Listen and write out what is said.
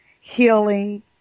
healing